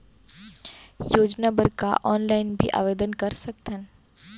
योजना बर का ऑनलाइन भी आवेदन कर सकथन?